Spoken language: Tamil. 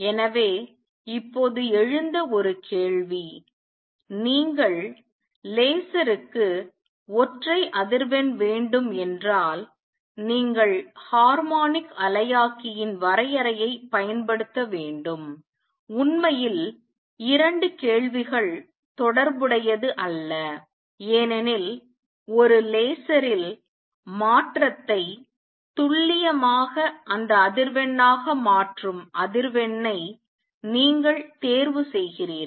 எனவே இப்போது எழுந்த ஒரு கேள்வி நீங்கள் லேசர் க்கு ஒற்றை அதிர்வெண் வேண்டும் என்றால் நீங்கள் ஹார்மோனிக் அலையாக்கியின் வரையறையை பயன்படுத்த வேண்டும் உண்மையில் 2 கேள்விகள் தொடர்புடையது அல்ல ஏனெனில் ஒரு லேசரில் மாற்றத்தை துல்லியமாக அந்த அதிர்வெண்ணாக மாற்றும் அதிர்வெண்ணை நீங்கள் தேர்வு செய்கிறீர்கள்